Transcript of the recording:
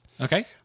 Okay